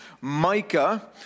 Micah